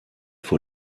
vor